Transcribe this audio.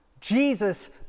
Jesus